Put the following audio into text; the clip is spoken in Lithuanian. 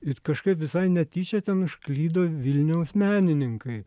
ir kažkaip visai netyčia ten užklydo vilniaus menininkai